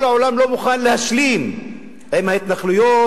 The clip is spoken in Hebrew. כל העולם לא מוכן להשלים עם ההתנחלויות,